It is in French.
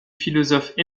philosophe